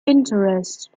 interest